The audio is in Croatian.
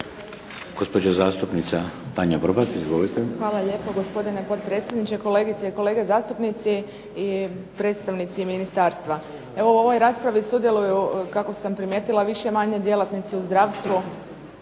Hvala lijepo gospodine potpredsjedniče, kolegice i kolege zastupnici i predstavnici ministarstva. Evo u ovoj raspravi sudjeluju kako sam primijetila više-manje djelatnici u zdravstvu